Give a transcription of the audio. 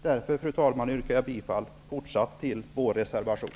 Därför yrkar jag fortsatt bifall till vår reservation.